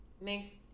Makes